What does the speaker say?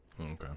Okay